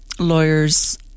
Lawyers